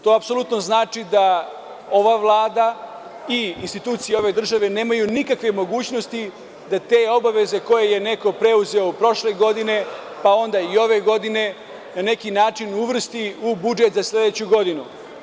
To apsolutno znači da ova Vlada i institucije ove države nemaju nikakve mogućnosti da te obaveze koje je neko preuzeo prošle godine, pa onda i ove godine, na neki način uvrsti u budžet za sledeću godinu.